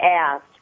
asked